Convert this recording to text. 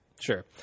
Sure